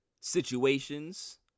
Situations